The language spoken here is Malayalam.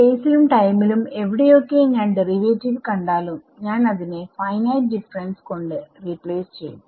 സ്പേസിലും ടൈമിലും എവിടെയൊക്കെ ഞാൻ ഡെറിവാറ്റീവ് കണ്ടാലും ഞാൻ അതിനെ ഫൈനൈറ്റ് ഡിഫറെൻസ് കൊണ്ട് റീപ്ലേസ് ചെയ്യും